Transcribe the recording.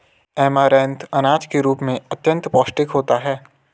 amaranth अनाज के रूप में अत्यंत पौष्टिक होता है